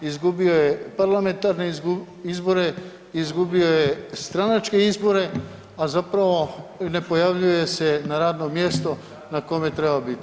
Izgubio je parlamentarne izbore, izgubio je stranačke izbore, a zapravo ne pojavljuje se na radnom mjestu na kome bi trebao biti.